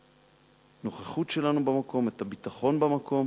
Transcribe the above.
הנוכחות שלנו במקום, את הביטחון במקום